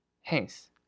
Hence